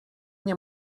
nie